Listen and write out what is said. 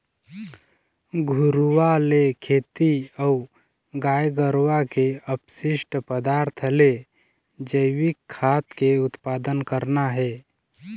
घुरूवा ले खेती अऊ गाय गरुवा के अपसिस्ट पदार्थ ले जइविक खाद के उत्पादन करना हे